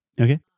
Okay